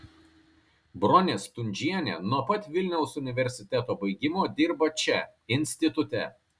bronė stundžienė nuo pat vilniaus universiteto baigimo dirba čia institute